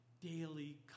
daily